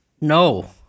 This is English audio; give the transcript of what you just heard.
No